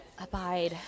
Abide